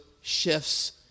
shifts